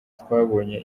twabonye